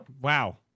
Wow